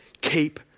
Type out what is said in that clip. keep